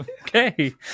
okay